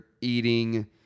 eating